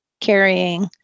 carrying